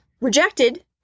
Rejected